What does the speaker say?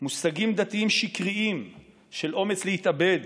מושגים דתיים שקריים של אומץ להתאבד,